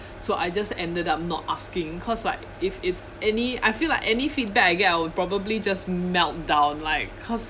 so I just ended up not asking cause like if it's any I feel like any feedback I get I would probably just melt down like